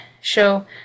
show